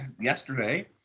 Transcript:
yesterday